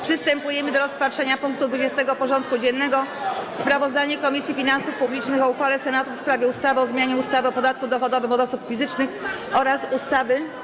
Przystępujemy do rozpatrzenia punktu 20. porządku dziennego: Sprawozdanie Komisji Finansów Publicznych o uchwale Senatu w sprawie ustawy o zmianie ustawy o podatku dochodowym od osób fizycznych oraz ustawy.